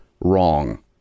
wrong